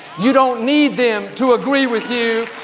you don't need them to agree with you.